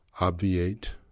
obviate